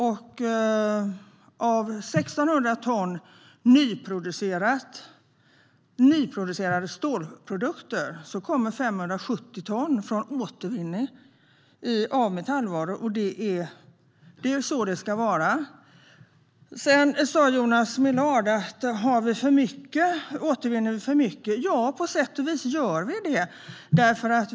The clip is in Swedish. Av 1 600 ton nyproducerade stålprodukter kommer 570 ton från återvinning av metallvaror. Det är så det ska vara. Jonas Millard frågade: Återvinner vi för mycket? Ja, på sätt och vis gör vi det.